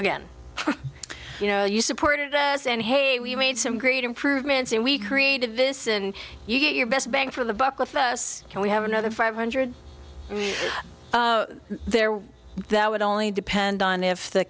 again you know you supported us and hey we made some great improvements and we created this and you get your best bang for the buck a for us and we have another five hundred there that would only depend on if the